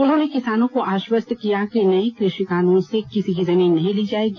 उन्होंने किसानों को आश्वस्त किया कि नये कृषि कानून से किसी की जमीन नहीं जायेगी